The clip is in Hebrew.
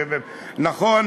נכון